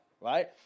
right